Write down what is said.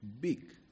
big